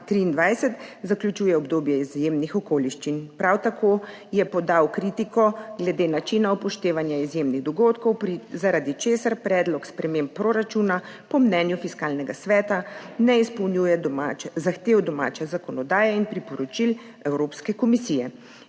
2023 zaključuje obdobje izjemnih okoliščin. Prav tako je podal kritiko glede načina upoštevanja izjemnih dogodkov, zaradi česar Predlog sprememb proračuna po mnenju Fiskalnega sveta ne izpolnjuje zahtev domače zakonodaje in priporočil Evropske komisije,